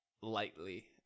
lightly